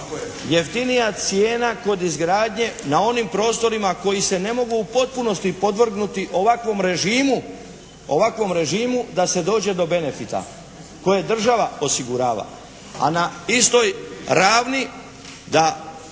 jeftinija cijena kod izgradnje na onim prostorima koji se ne mogu u potpunosti podvrgnuti ovakvom režimu da se dođe do benefita koje država osigurava, a na istoj ravni da